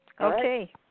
Okay